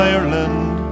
Ireland